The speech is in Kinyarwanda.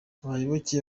abayoboke